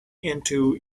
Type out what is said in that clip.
into